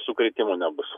sukrėtimų nebus